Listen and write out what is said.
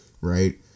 right